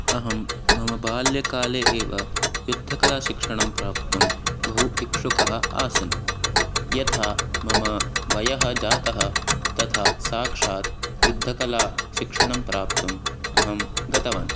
अहं मम बाल्यकाले एव युद्धकलाशिक्षणं प्राप्तुं बहु इच्छुकः आसन् यथा मम वयः जातः तथा साक्षात् युद्धकलाशिक्षणं प्राप्तुम् अहं गतवान्